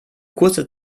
kurze